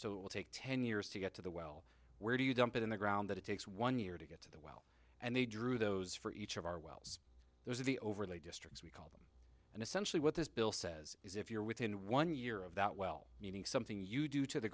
will take ten years to get to the well where do you dump it in the ground that it takes one year to get to them and they drew those for each of our wells those are the overlay districts and essentially what this bill says is if you're within one year of that well meaning something you do to the